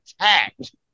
attacked